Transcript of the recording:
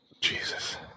Jesus